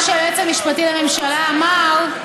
מה שהיועץ המשפטי לממשלה אמר,